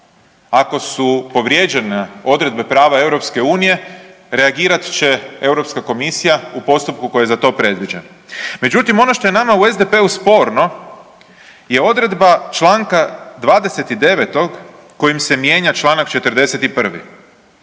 Ako su povrijeđene odredbe prava EU reagirat će Europska komisija u postupku koji je za to predviđen. Međutim, ono što je nama u SDP-u sporno je odredba čl. 29. kojim se mijenja čl. 41.,